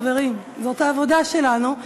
חברים, זאת העבודה שלנו.